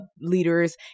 leaders